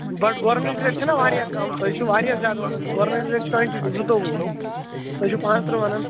Bhat government rate چھِناہ واریاہ کم تُہۍ چھُو واریاہ زیادٕ ونان گورمنٹ ریٹ چھِ ٹُونٹی زٕتووُہ تُہۍ چھِو پانٛژتٕرٕہ ونان